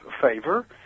favor